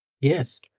Yes